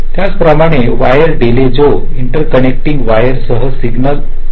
त्याचप्रमाणे wire delay जो interconnecting वायरसह सिग्नल प्रसारांशी संबंधित आहे